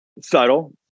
Subtle